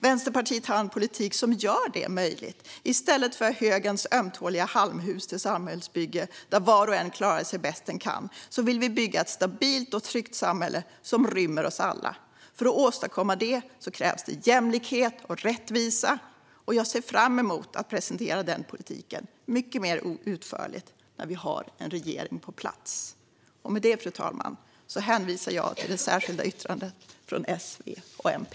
Vänsterpartiet har en politik som gör det möjligt. I stället för högerns ömtåliga halmhus till samhällsbygge, där var och en klarar sig bäst den kan, vill vi bygga ett stabilt och tryggt samhälle som rymmer oss alla. För att åstadkomma detta krävs jämlikhet och rättvisa. Jag ser fram emot att presentera den politiken mycket mer utförligt när vi har en regering på plats. Med detta, fru talman, hänvisar jag till det särskilda yttrandet från S, V och MP.